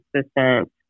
assistant